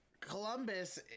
Columbus